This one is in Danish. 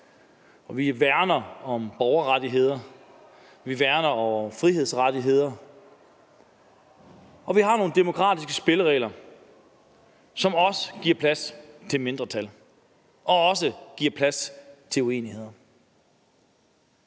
Vi værner om borgerrettigheder, vi værner om frihedsrettigheder, og vi har nogle demokratiske spilleregler, som også giver plads til mindretal, og som også giver plads til uenigheder.